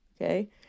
okay